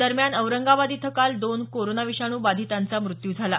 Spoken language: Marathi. दरम्यान औरंगाबाद इथं काल दोन कोरोना विषाणू बाधितांचा मृत्यू झाला